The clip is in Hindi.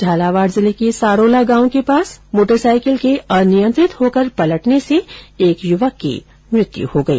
झालावाड़ जिले के सारोला गांव के पास मोटरसाइकिल के अनियंत्रित होकर पलटन से एक युवक की मौत हो गई